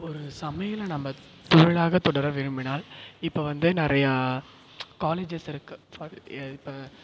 ஒரு சமையலை நம்ம தொழிலாக தொடர விரும்பினால் இப்போ வந்து நிறையா காலேஜஸ் இருக்குது ஃபார் இப்போ